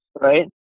right